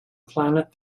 planet